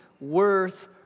worth